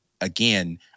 again